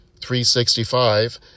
365